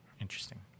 Interesting